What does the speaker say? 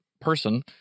person